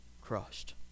crushed